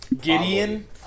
Gideon